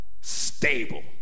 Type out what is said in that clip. Stable